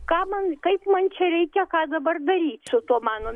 ką man kaip man čia reikia ką dabar daryt su tuo mano